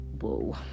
whoa